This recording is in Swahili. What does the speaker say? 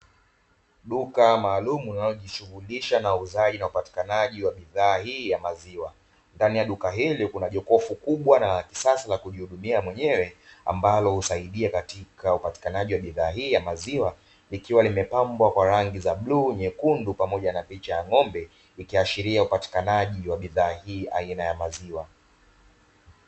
Duka maalumu linalojishughulisha na uuzaji na upatikanaji wa bidhaa hii ya maziwa. Ndani ya duka hili kuna jokofu kubwa na kisasi la kujihudumia mwenyewe, ambalo husaidia katika upatikanaji wa bidhaa hii ya maziwa. Ikiwa limepambwa kwa rangi za bluu, nyekundu pamoja na picha ya ng'ombe; ikiashiria upatikanaji wa bidhaa hii aina ya maziwa.